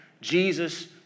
Jesus